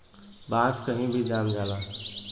बांस कही भी जाम जाला